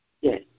Yes